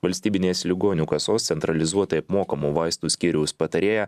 valstybinės ligonių kasos centralizuotai apmokamų vaistų skyriaus patarėja